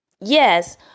yes